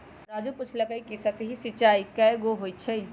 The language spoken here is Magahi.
राजू पूछलकई कि सतही सिंचाई कैगो होई छई